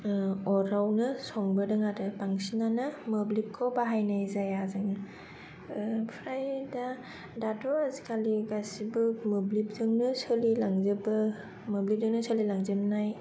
अरावनो संबोदों आरो बांसिनानो मोब्लिबखौ बाहायनाय जाया जों ओमफ्राय दाथ' आजिखालि गासिबो मोब्लिब जोंनो सोलिलांजोबो मोब्लिब जोंनो सोलिलांजोबनाय